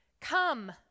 Come